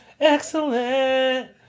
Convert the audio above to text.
excellent